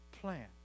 plan